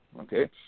okay